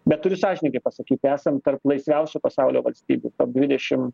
bet turiu sąžiningai pasakyti esam tarp laisviausių pasaulio valstybių top dvidešim